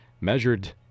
measured